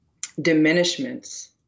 diminishments